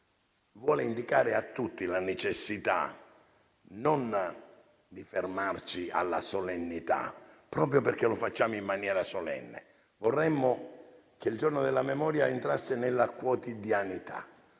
vuole indicare a tutti la necessità di non fermarci alla solennità, proprio perché lo facciamo in maniera solenne. Vorremmo che il Giorno della Memoria entrasse nella quotidianità,